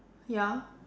ya